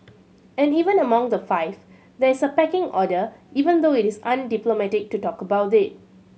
and even among the five there is a pecking order even though it is undiplomatic to talk about it